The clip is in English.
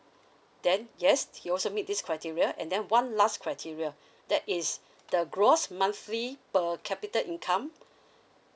then yes he also meet this criteria and then one last criteria that is the gross monthly per capita income